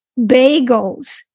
bagels